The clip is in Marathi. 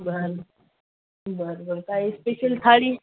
बरं बरं बरं काय स्पेशल थाळी